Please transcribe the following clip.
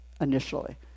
initially